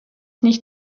nicht